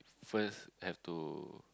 first have to